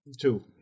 Two